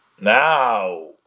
now